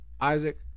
Isaac